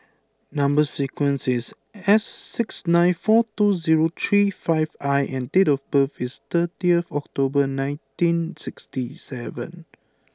number sequence is S six nine four two zero three five I and date of birth is thirty October nineteen sixty seven